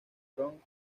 bronx